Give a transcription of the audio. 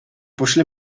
pošli